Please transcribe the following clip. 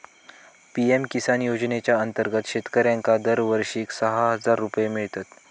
PM Kisan योजनेच्या अंतर्गत शेतकऱ्यांका दरवर्षाक सहा हजार रुपये मिळतत